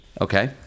Okay